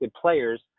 players